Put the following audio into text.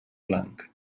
blanc